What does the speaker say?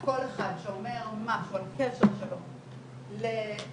כל אחד שאומר משהו על קשר שלו לקטין,